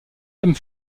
hommes